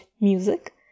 music